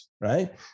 right